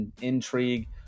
intrigue